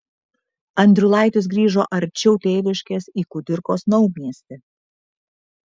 andriulaitis grįžo arčiau tėviškės į kudirkos naumiestį